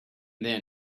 then